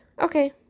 Okay